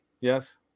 Yes